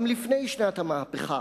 גם לפני שנת המהפכה,